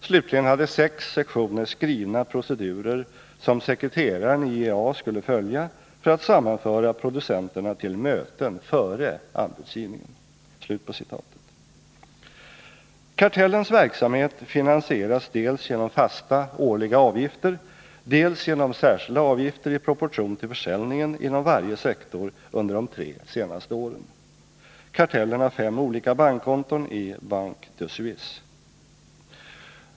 Slutligen hade sex sektioner skrivna procedurer som sekreteraren i IEA skulle följa för att sammanföra producenterna till möten före anbudsgivningen.” Kartellens verksamhet finansieras dels genom fasta årliga avgifter, dels genom särskilda avgifter i proportion till försäljningen inom varje sektor under de tre senaste åren. Kartellen har fem olika bankkonton i Banque de Suisse.